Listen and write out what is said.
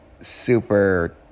super